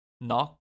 Knock